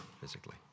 physically